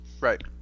Right